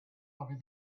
over